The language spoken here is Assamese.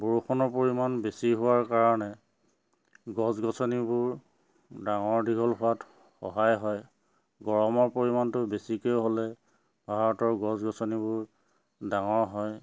বৰষুণৰ পৰিমাণ বেছি হোৱাৰ কাৰণে গছ গছনিবোৰ ডাঙৰ দীঘল হোৱাত সহায় হয় গৰমৰ পৰিমাণটো বেছিকৈ হ'লে ভাৰতৰ গছ গছনিবোৰ ডাঙৰ হয়